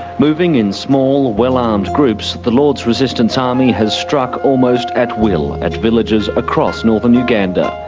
moving in small, well-armed groups, the lord's resistance army has struck almost at will at villages across northern uganda,